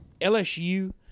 LSU